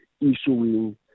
issuing